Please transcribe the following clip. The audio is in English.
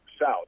south